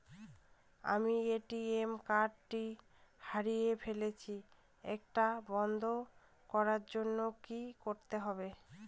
আমি ATM card টি হারিয়ে ফেলেছি এটাকে বন্ধ করার জন্য কি করতে হবে?